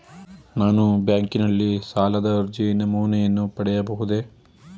ನಾನು ಬ್ಯಾಂಕಿನಲ್ಲಿ ಸಾಲದ ಅರ್ಜಿ ನಮೂನೆಯನ್ನು ಪಡೆಯಬಹುದೇ?